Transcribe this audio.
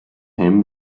him